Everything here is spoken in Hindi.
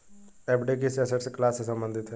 एफ.डी किस एसेट क्लास से संबंधित है?